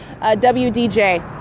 W-D-J